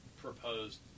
proposed